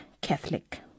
Catholic